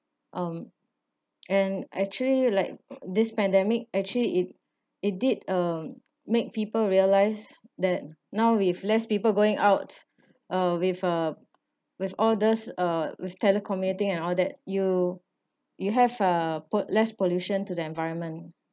um and actually like this pandemic actually it it did uh make people realised that now with less people going out uh with uh with all these uh with telecommunicating and all that you you have uh po~ less pollution to the environment